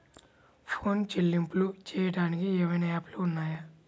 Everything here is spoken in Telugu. ఫోన్ చెల్లింపులు చెయ్యటానికి ఏవైనా యాప్లు ఉన్నాయా?